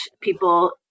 people